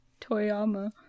Toyama